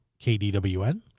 KDWN